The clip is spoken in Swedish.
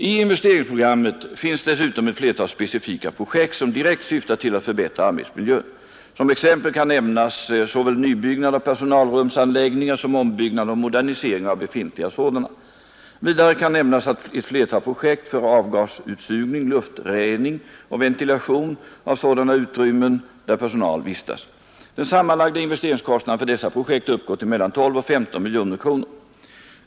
I investeringsprogrammet finns dessutom ett flertal specifika projekt som direkt syftar till att förbättra arbetsmiljön. Som exempel kan nämnas såväl nybyggnad av personalrumsanläggningar som ombyggnad och modernisering av befintliga sådana. Vidare kan nämnas ett flertal projekt för avgasutsugning, luftrening och ventilation av sådana utrym men där personal vistas. Den sammanlagda investeringskostnaden för dessa projekt uppgår till mellan 12 och 15 miljoner kronor.